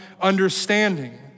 understanding